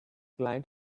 client